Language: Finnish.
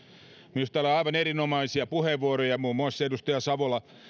minusta täällä oli aivan erinomaisia puheenvuoroja muun muassa edustajat savola